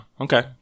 Okay